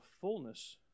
fullness